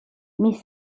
mais